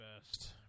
best